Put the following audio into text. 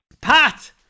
Pat